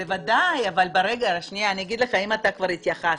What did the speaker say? בוודאי, אבל אני אגיד לך, אם כבר התייחסת,